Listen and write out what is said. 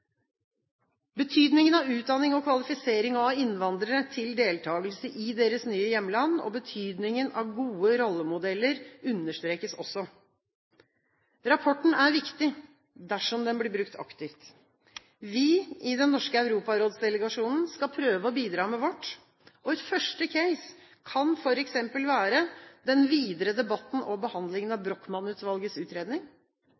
Betydningen av utdanning og kvalifisering av innvandrere til deltakelse i deres nye hjemland og betydningen av gode rollemodeller understrekes også. Rapporten er viktig, dersom den blir brukt aktivt. Vi i den norske Europarådsdelegasjonen skal prøve å bidra med vårt. Et første «case» kan f.eks. være den videre debatten og behandlingen av